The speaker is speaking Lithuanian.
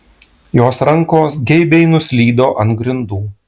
jos rankos geibiai nuslydo ant grindų